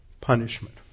punishment